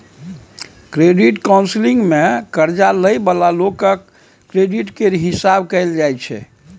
credit counselling मे कर्जा लइ बला लोकक क्रेडिट केर हिसाब कएल जाइ छै